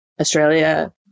Australia